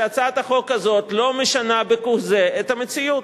שהצעת החוק הזאת לא משנה כהוא-זה את המציאות,